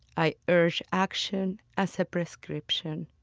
i urge action as a prescription,